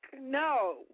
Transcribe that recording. No